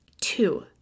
Two